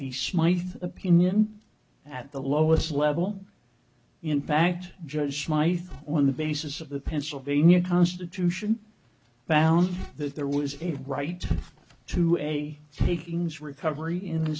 smyth opinion at the lowest level in fact judge smyth on the basis of the pennsylvania constitution balanced that there was a right to a takings recovery in